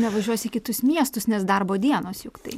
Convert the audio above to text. nevažiuosi į kitus miestus nes darbo dienos juk tai